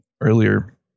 earlier